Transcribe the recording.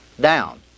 down